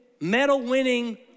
medal-winning